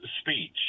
speech